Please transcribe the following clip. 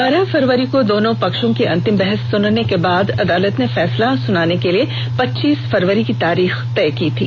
बारह फवरी को दोनों पक्षों की अंतिम बहस सुनने के बाद अदालत ने फैसला सुनाने के लिए पच्चीस फरवरी की तारीख तय की थी